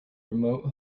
remote